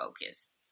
focus